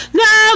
no